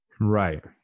Right